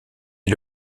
est